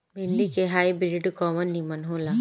भिन्डी के हाइब्रिड कवन नीमन हो ला?